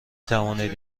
توانید